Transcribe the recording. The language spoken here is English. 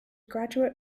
graduate